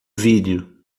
vídeo